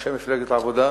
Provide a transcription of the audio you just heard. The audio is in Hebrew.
אנשי מפלגת העבודה,